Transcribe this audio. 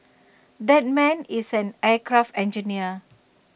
that man is an aircraft engineer